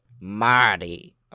Marty